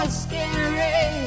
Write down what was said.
scary